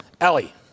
Ellie